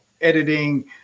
editing